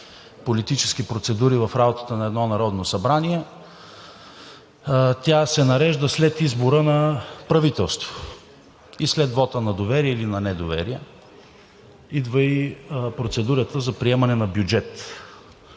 политически процедури в работата на едно Народно събрание. Тя се нарежда след избора на правителство и след вота на доверие или на недоверие – идва и процедурата за приемане на бюджет.